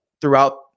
throughout